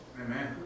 amen